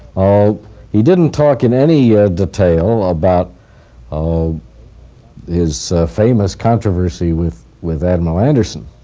he didn't talk in any detail about um his famous controversy with with admiral anderson,